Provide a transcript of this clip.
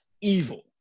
evil